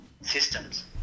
systems